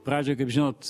pradžioj kaip žinot